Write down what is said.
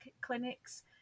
clinics